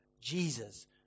Jesus